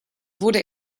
wurde